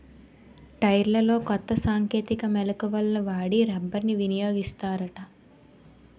టైర్లలో కొత్త సాంకేతిక మెలకువలను వాడి రబ్బర్ని వినియోగిస్తారట